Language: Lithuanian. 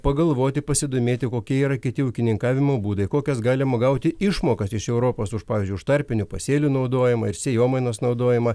pagalvoti pasidomėti kokie yra kiti ūkininkavimo būdai kokias galima gauti išmokas iš europos už pavyzdžiui už tarpinių pasėlių naudojimą ir sėjomainos naudojimą